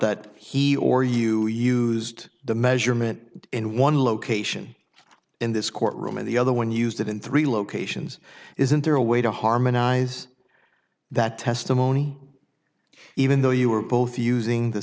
that he or you used the measurement in one location in this courtroom and the other one used it in three locations isn't there a way to harmonize that testimony even though you are both using the